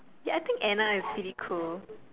ya I think Anna is pretty cool